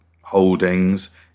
holdings